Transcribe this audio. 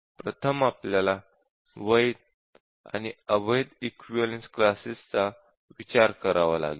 प्रथम आपल्याला वैध आणि अवैध इक्विवलेन्स क्लासेस चा विचार करावा लागेल